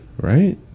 Right